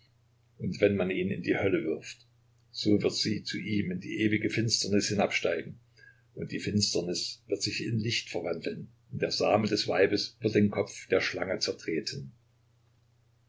und wenn man ihn in die hölle wirft so wird sie zu ihm in die ewige finsternis hinabsteigen und die finsternis wird sich in licht verwandeln und der same des weibes wird den kopf der schlange zertreten